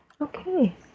Okay